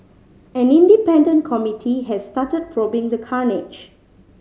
an independent committee has started probing the carnage